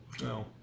No